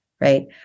right